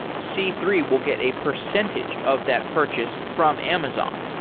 c three will get a percentage of that purchase from amazon.